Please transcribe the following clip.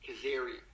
Kazarian